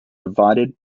divided